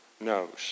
knows